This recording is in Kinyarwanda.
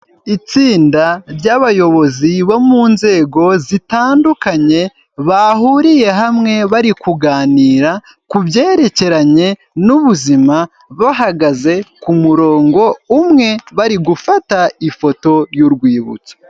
Itsinda ry'abayobozi bo mu nzego zitandukanye bahuriye hamwe bari kuganira ku byerekeranye n'ubuzima, Bahagaze ku murongo umwe bari gufata ifoto y'urwibutso.